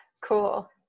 Cool